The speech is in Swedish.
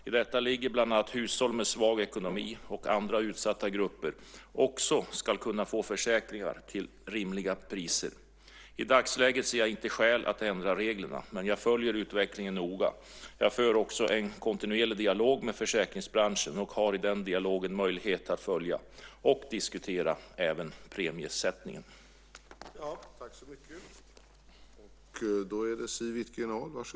I detta ligger bland annat att hushåll med svag ekonomi och andra utsatta grupper också ska kunna få försäkringar till rimliga priser. I dagsläget ser jag inte skäl att ändra reglerna, men jag följer utvecklingen noga. Jag för också en kontinuerlig dialog med försäkringsbranschen och har i den dialogen möjlighet att följa och diskutera även premiesättningen. Då Lars Johansson, som framställt interpellationen, anmält att han var förhindrad att närvara vid sammanträdet medgav talmannen att Siw Wittgren-Ahl i stället fick delta i överläggningen.